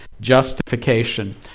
justification